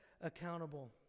accountable